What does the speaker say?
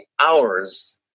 hours